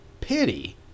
pity